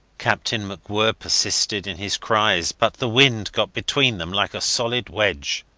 captain macwhirr persisted in his cries, but the wind got between them like a solid wedge.